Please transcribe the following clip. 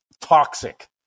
toxic